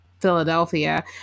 Philadelphia